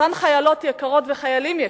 אותן חיילות יקרות, וחיילים יקרים,